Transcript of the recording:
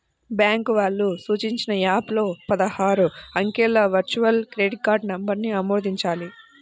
bank వాళ్ళు సూచించిన app లో పదహారు అంకెల వర్చువల్ క్రెడిట్ కార్డ్ నంబర్ను ఆమోదించాలి